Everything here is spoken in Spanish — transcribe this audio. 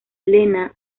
lena